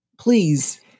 please